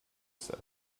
said